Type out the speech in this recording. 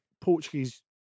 Portuguese